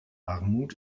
armut